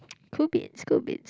could be could be